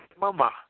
mama